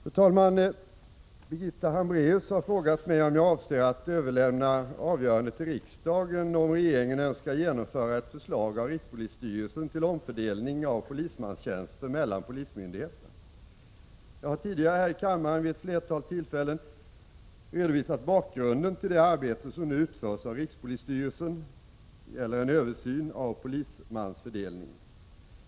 Fru talman! Birgitta Hambraeus har frågat mig om jag avser att överlämna avgörandet till riksdagen om regeringen önskar genomföra ett förslag av rikspolisstyrelsen till omfördelning av polismanstjänster mellan polismyndigheterna. Jag har tidigare här i kammaren vid ett flertal tillfällen redovisat bakgrunden till det arbete som nu utförs av rikspolisstyrelsen rörande en översyn av polismansfördelningen.